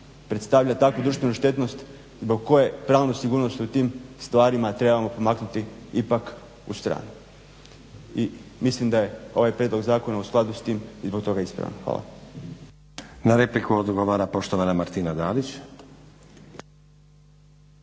predstavlja takvu društvenu štetnost zbog koje pravnu sigurnost u tim stvarima trebamo pomaknuti ipak u stranu. I mislim da je ovaj prijedlog zakona u skladu s tim i zbog toga ispravan. Hvala. **Stazić, Nenad (SDP)** Na repliku odgovara poštovana Martina Dalić.